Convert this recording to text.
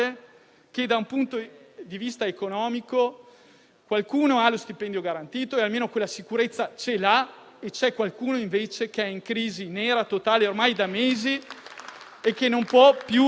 Vi chiediamo anche un intervento a livello europeo per garantire equità nella gestione della stagione turistica invernale. Guardate che sulle nostre montagne o si permette di lavorare